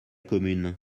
commune